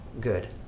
good